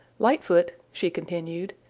lightfoot, she continued,